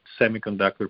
semiconductor